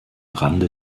rande